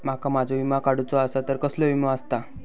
माका माझो विमा काडुचो असा तर कसलो विमा आस्ता?